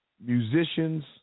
musicians